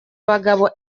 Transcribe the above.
abagabo